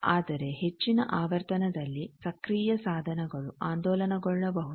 ಆದರೆ ಹೆಚ್ಚಿನ ಆವರ್ತನದಲ್ಲಿ ಸಕ್ರೀಯ ಸಾಧನಗಳು ಆಂದೋಲನಗೊಳ್ಳಬಹುದು